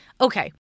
Okay